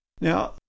Now